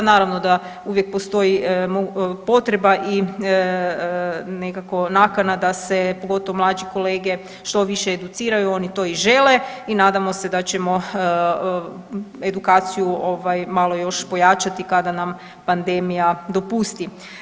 Naravno da uvijek postoji potreba i nekako nakana da se pogotovo mlađe kolege što više educiraju, oni to i žele i nadamo se da ćemo edukaciju malo još pojačati kada nam pandemija dopusti.